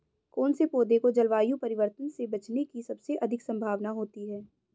कौन से पौधे को जलवायु परिवर्तन से बचने की सबसे अधिक संभावना होती है?